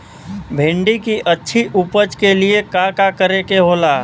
भिंडी की अच्छी उपज के लिए का का करे के होला?